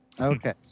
Okay